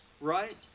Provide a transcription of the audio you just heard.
right